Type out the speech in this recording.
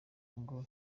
ngo